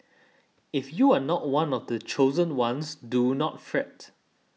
if you are not one of the chosen ones do not fret